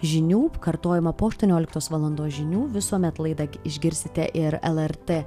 žinių kartojama po aštuonioliktos valandos žinių visuomet laidą išgirsite ir lrt